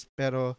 pero